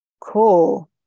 Cool